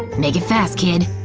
make it fast, kid.